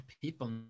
people